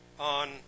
On